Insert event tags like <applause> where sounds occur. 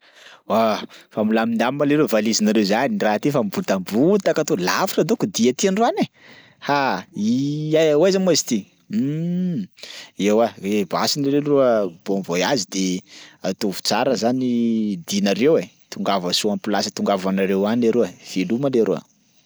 Oa, fa milamindamina leroa valizinareo zany raha ty fa mibotabotaka to lavitra donko dia ty androany ai. Ha! <hesitation> aiza ho aiza ma izy ty? Um, eoa e basy nareo leroa bon voyage de ataovy tsara zany dianareo e. Tongava soa am'plasy ahatongavanareo any leroa e, veloma leroa.